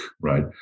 right